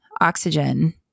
Oxygen